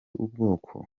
ubwoko